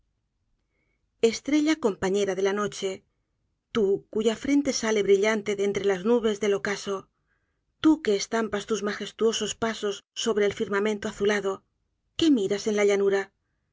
estrella compañera de la noche tu cuya frente sale brillante de entre las nubes del ocaso tú que estampas tus magestuosos pasos sobre el firmamento azulado qué miras en la llanura